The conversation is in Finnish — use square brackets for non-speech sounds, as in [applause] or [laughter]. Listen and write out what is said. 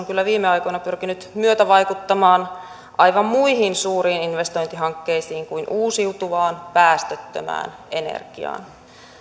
[unintelligible] kyllä viime aikoina pyrkinyt myötävaikuttamaan aivan muihin suuriin investointihankkeisiin kuin uusiutuvaan päästöttömään energiaan